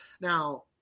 Now